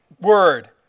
Word